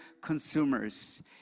consumers